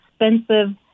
Expensive